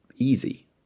easy